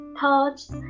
thoughts